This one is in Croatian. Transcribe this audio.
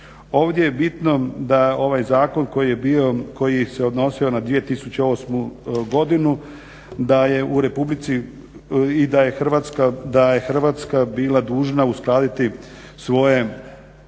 Ovdje je bitno da ovaj zakon koji je bio, koji se odnosio na 2008. godinu da je Hrvatska bila dužna uskladiti svoju